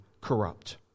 corrupt